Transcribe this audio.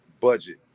budget